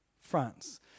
France